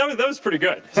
um that was pretty good.